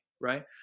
right